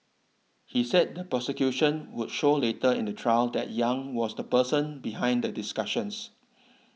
he said the prosecution would show later in the trial that Yang was the person behind the discussions